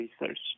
research